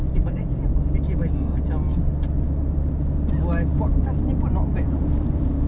eh but actually aku fikir balik macam buat podcast ni pun not bad [tau]